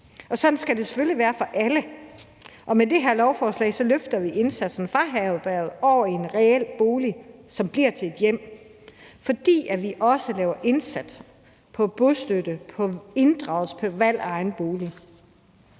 Sådan skal det selvfølgelig være for alle, og med det her lovforslag løfter vi indsatsen fra herberget over i en reel bolig, som bliver til et hjem, fordi vi også laver indsatser med hensyn til